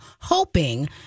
hoping